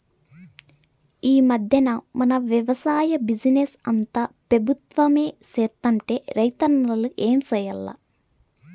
ఈ మధ్దెన మన వెవసాయ బిజినెస్ అంతా పెబుత్వమే సేత్తంటే రైతన్నలు ఏం చేయాల్ల